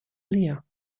leer